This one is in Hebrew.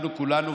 אנחנו כולנו,